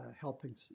helping